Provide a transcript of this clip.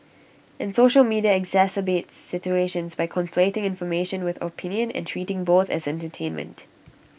and social media exacerbates situations by conflating information with opinion and treating both as entertainment